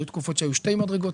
והיו תקופות שהיו שתי מדרגות,